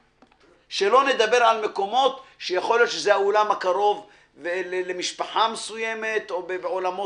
שלא נדבר על מקומות שיכול להיות שזה האולם הקרוב למשפחה מסוימת או בעולמות